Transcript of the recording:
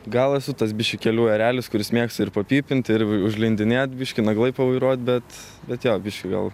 gal esu tas biškį kelių erelis kuris mėgsta ir papypint ir užlindinėt biškį naglai pavairuot bet bet jo biškį gal